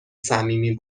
صمیمی